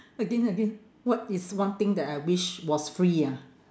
again again what is one thing that I wish was free ah